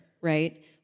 right